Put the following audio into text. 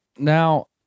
now